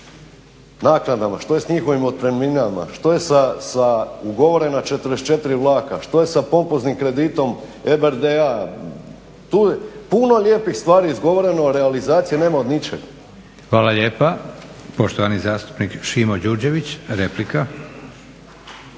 naknadama, što je s njihovim otpremninama, što je sa ugovorena 44 vlaka, što je sa pompoznim kreditom EBRD-a? Tu je puno lijepih stvari izgovoreno, a realizacije nema od ničega. **Leko, Josip (SDP)** Hvala lijepa. Poštovani zastupnik Šimo Đurđević, replika.